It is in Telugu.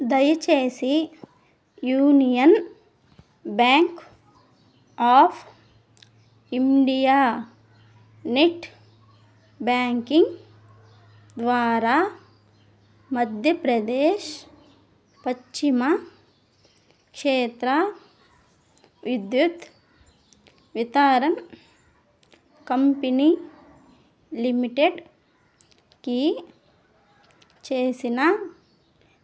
దయచేసి union bank of India net banking ద్వారా మధ్యప్రదేశ్ పశ్చిమ క్షేత్ర విద్యుత్ వితరణ్ కంపెనీ లిమిటెడ్కి చేసిన